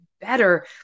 better